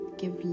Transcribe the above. give